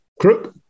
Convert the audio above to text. Crook